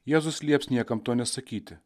jėzus lieps niekam to nesakyti